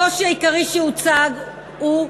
הקושי העיקרי שהוצג הוא,